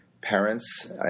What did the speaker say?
parents